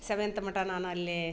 seventh ಮಟ್ಟ ನಾನು ಅಲ್ಲಿ